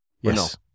Yes